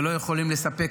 שאנו לא יכולים לספק,